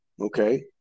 okay